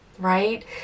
right